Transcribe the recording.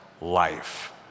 life